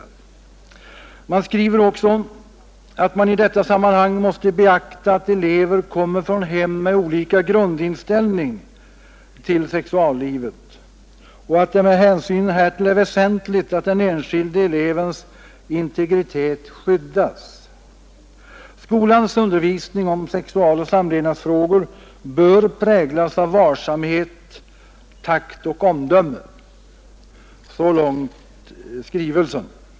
Skolöverstyrelsen skriver också att man i detta sammanhang måste beakta ”att eleverna kommer från hem med olika grundinställning till sexuallivet. Med hänsyn härtill är det väsentligt att den enskilda elevens integritet skyddas. Skolans undervisning om sexualoch samlevnadsfrågor bör präglas av varsamhet, takt och omdöme.” — Så långt skrivelsen.